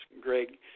Greg